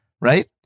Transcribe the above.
right